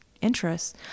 interests